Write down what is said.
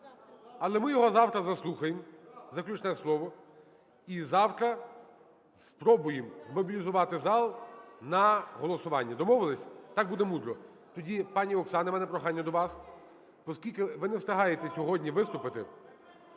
Але ми його завтра заслухаємо, заключне слово. І завтра спробуємо змобілізувати зал на голосування. Домовилися? Так буде мудро. Тоді, пані Оксана, в мене прохання до вас, оскільки ви не встигаєте сьогодні виступити,